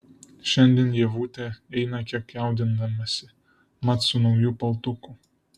šiandien ievutė eina kiek jaudindamasi mat su nauju paltuku